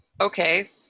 Okay